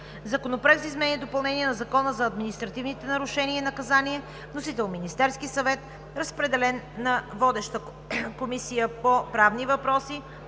Законопроект за изменение и допълнение на Закона за административните нарушения и наказания. Вносител – Министерският съвет. Разпределен е на водещата Комисия по правни въпроси